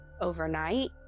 overnight